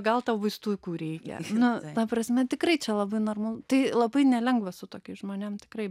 gal tau vaistukų reikia nu ta prasme tikrai čia labai normalu tai labai nelengva su tokiais žmonėms tikrai